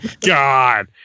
God